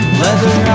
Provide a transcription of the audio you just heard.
leather